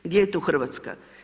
Gdje je tu Hrvatska?